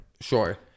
Sure